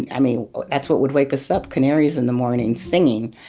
and i mean that's what would wake us up, canaries in the morning singing.